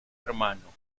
hermano